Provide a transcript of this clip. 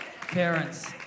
parents